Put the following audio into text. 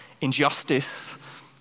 injustice